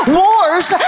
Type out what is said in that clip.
wars